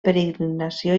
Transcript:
peregrinació